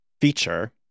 feature